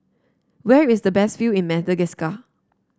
where is the best view in Madagascar